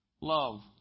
Love